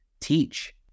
teach